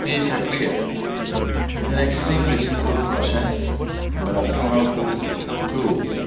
isha kriya is an extremely simple process but a powerful tool.